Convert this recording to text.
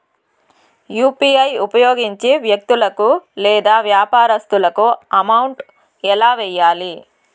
UPI ఉపయోగించి వ్యక్తులకు లేదా వ్యాపారస్తులకు అమౌంట్ ఎలా వెయ్యాలి